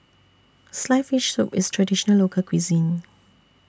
Sliced Fish Soup IS A Traditional Local Cuisine